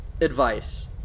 advice